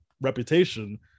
reputation